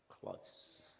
close